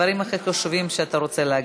הדברים הכי חשובים שאתה רוצה להגיד.